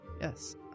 Yes